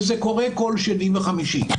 וזה קורה כל שני וחמישי.